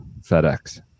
FedEx